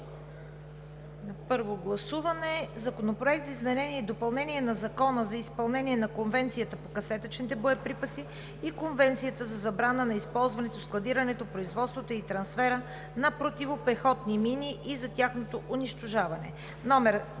на първо гласуване Законопроект за изменение и допълнение на Закона за изпълнение на Конвенцията по касетъчните боеприпаси и Конвенцията за забрана на използването, складирането, производството и трансфера на противопехотни мини и за тяхното унищожаване, №